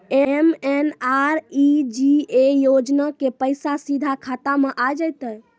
MNREGA योजना के पैसा सीधा खाता मे आ जाते?